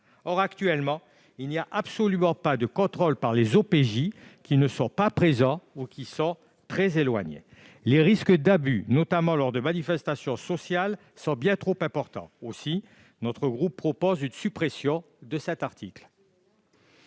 Or, actuellement, il n'y a absolument pas de contrôle par les OPJ, qui ne sont pas présents ou qui sont très éloignés. Les risques d'abus, notamment lors de manifestations sociales, étant bien trop importants, notre groupe propose une suppression de cet article.